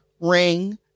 ring